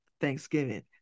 Thanksgiving